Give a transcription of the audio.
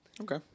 Okay